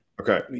Okay